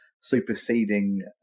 superseding